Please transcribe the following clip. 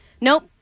Nope